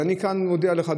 אז אני כאן מודיע לך,